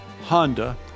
Honda